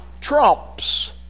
trumps